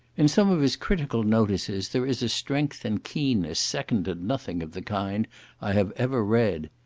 in some of his critical notices there is a strength and keenness second to nothing of the kind i have ever read.